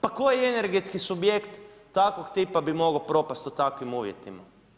Pa koji energetski subjekt takvog tipa bi mogao propasti u takvim uvjetima?